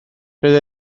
doedd